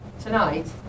tonight